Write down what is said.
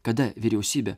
kada vyriausybė